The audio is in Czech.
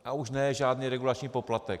A už ne žádný regulační poplatek.